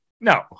No